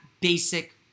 basic